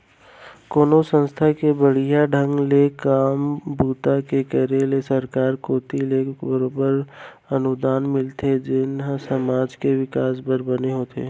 कोनो संस्था के बड़िहा ढंग ले काम बूता के करे ले सरकार कोती ले बरोबर अनुदान मिलथे जेन ह समाज के बिकास बर बने होथे